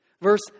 Verse